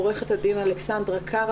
עורכת הדין אלכסנדרה קרא